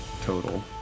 total